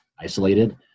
isolated